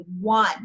one